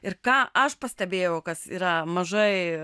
ir ką aš pastebėjau kas yra mažai